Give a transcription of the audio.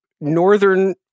northern